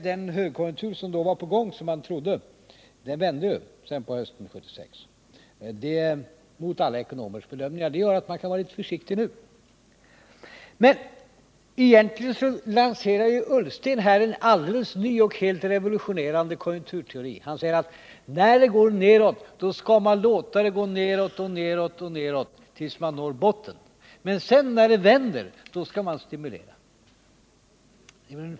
Den högkonjunktur som man trodde var i gång vände ju sedan på hösten 1976 mot alla ekonomers bedömningar. Detta gör att man kan vara litet försiktig nu. Egentligen lanserade nu Ola Ullsten en helt ny och helt revolutionerande konjunkturteori. Han sade att när det går nedåt, skall man låta det gå nedåt och nedåt tills botten är nådd. Sedan när det vänder skall man stimulera.